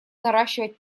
наращивать